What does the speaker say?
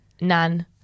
Nan